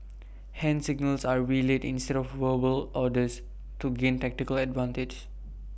hand signals are relayed instead of verbal orders to gain tactical advantage